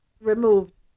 removed